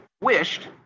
wished